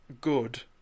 good